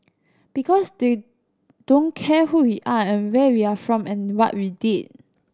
because they don't care who we are and where we are from and what we did